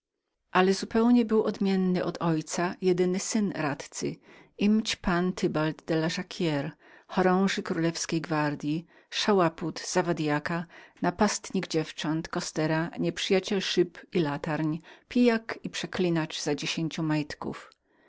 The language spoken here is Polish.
ale zupełnie był odmiennym od ojca jedyny syn radcy jespan tybald de la jacquire towarzysz w muszkieterach królewskich szałaput zawadyaka napastnik dziewcząt kostera nieprzyjaciel szyb i latarń pijak i przeklinacz za dziesięciu majtków